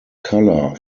color